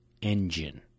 engine